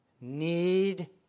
need